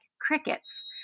crickets